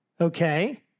Okay